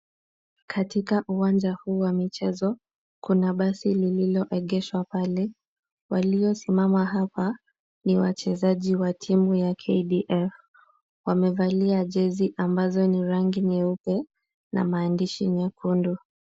Katika uwanja huu wa michezo kuna basi lililoegeshwa pale. Waliosimama hapa ni wachezaji wa timu ya KDF.Wamevalia jezi ambazo ni rangi nyeupe na maandishi nyekundu.